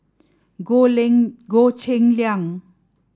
Goh Lin Goh Cheng Liang